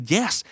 Yes